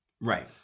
Right